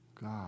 God